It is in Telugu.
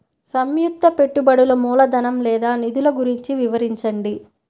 సంయుక్త పెట్టుబడులు మూలధనం లేదా నిధులు గురించి వివరించండి?